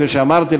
כפי שאמרתי,